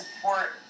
support